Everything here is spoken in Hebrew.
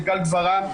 גל גברעם,